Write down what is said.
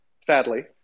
sadly